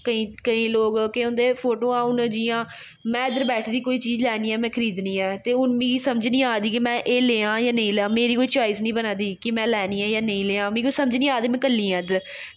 केईं केईं लोग केह् होंदे फोटोआं हून जियां में इद्धर बैठी दी आं में कोई चीज़ लैनी ऐ खरीदनी ऐ ते हून मिगी समझ निं आ दी कि में एह् में लेआं जां नेईं लै मेरी कोई चाईस निं बना दी की में लैनी ऐ जां नेईं मीं कोई समझ नी आ दी में कल्ली आं इद्धर